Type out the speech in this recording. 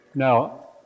Now